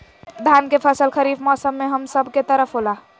धान के फसल खरीफ मौसम में हम सब के तरफ होला